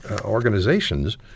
organizations